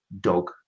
dog